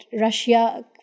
Russia